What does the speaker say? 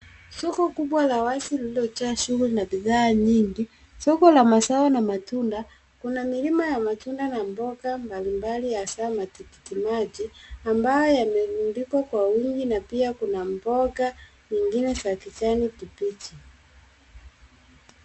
Soko kubwa la wazi lililojaa shughuli na bidhaa nyingi. Soko la mazao na matunda. Kuna milima ya matunda na mboga mbalimbali, hasa matikitimaji ambayo yamemwulikwa kwa wingi na pia kuna mboga nyingine za kijani kibichi.